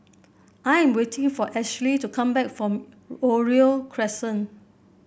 I am waiting for Ashlee to come back from Oriole Crescent